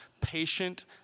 patient